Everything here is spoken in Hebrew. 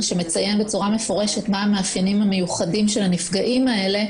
שמציינת בצורה מפורשת מה המאפיינים המיוחדים של הנפגעים האלה.